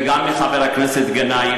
וגם מחבר הכנסת גנאים,